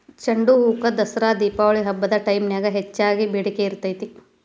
ಚಂಡುಹೂಕ ದಸರಾ ದೇಪಾವಳಿ ಹಬ್ಬದ ಟೈಮ್ನ್ಯಾಗ ಹೆಚ್ಚಗಿ ಬೇಡಿಕಿ ಇರ್ತೇತಿ